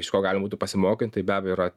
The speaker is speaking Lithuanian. iš ko galim būtų pasimokint tai be abejo yra